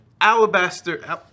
Alabaster